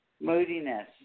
moodiness